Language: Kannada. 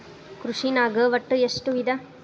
ಕೃಷಿನಾಗ್ ಒಟ್ಟ ಎಷ್ಟ ವಿಧ?